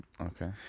okay